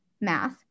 math